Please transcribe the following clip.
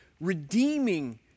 redeeming